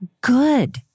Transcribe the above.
good